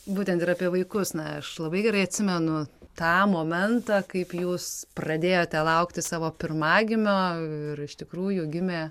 būtent ir apie vaikus na aš labai gerai atsimenu tą momentą kaip jūs pradėjote lauktis savo pirmagimio ir iš tikrųjų gimė